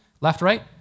left-right